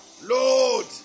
Lord